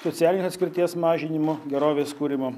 socialinės atskirties mažinimu gerovės kūrimu